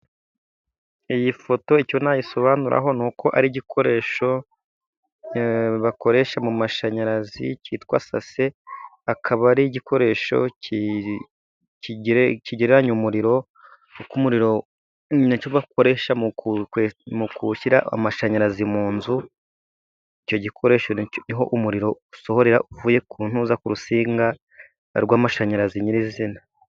Iyi foto icyo nayisobanuraho ni uko ari igikoresho bakoresha mu mashanyarazi cyitwa sase, akaba ari igikoresho kigereranya umuriro. Ni nacyo bakoresha mu gushyira amashanyarazi mu nzu, icyo gikoresho ni aho umuriro usohorera uvuye ku rusinga rw'amashanyarazi nyirizina.